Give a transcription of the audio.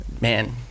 man